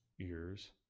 ears